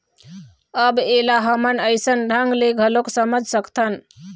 अब ऐला हमन अइसन ढंग ले घलोक समझ सकथन